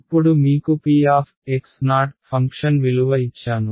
ఇప్పుడు మీకు p function విలువ ఇచ్చాను